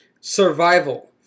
Survival